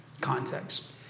context